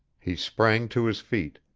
he sprang to his feet.